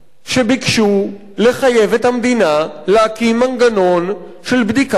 שביקשו לחייב את המדינה להקים מנגנון של בדיקת